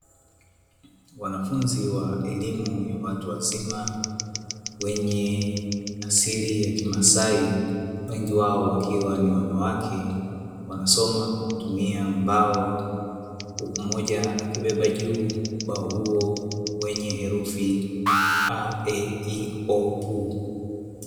Wanafunzi wa elimu ya watu wazima wenye asili ya kimasai wengi wao wakiwa ni wanawake, wanasoma kwa kutumia mbao huku mmoja akibeba juu ubao huo wenye herufi a,e,i,o,u.